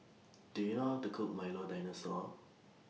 Do YOU know How to Cook Milo Dinosaur